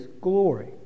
glory